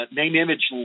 name-image